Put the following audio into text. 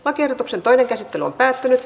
lakiehdotuksen toinen käsittely päättyi